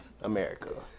America